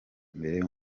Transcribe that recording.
imbere